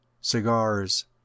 cigars